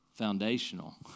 foundational